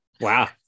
Wow